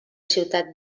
ciutat